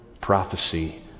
prophecy